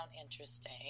interesting